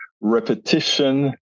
repetition